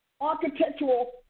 architectural